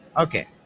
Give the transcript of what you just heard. okay